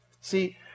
See